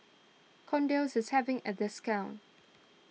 Kordel's is having a discount